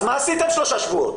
אז מה עשיתם שלושה שבועות?